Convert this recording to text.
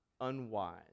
unwise